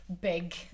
big